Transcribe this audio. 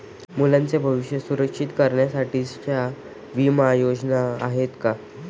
मुलांचे भविष्य सुरक्षित करण्यासाठीच्या विमा योजना आहेत का?